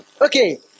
Okay